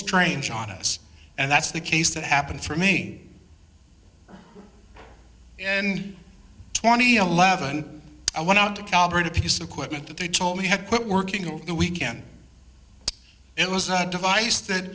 strange on us and that's the case that happened for me in twenty eleven i went on to calvert a piece of equipment that they told me had quit working over the weekend it was a device